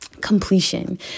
completion